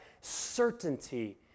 certainty